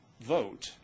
vote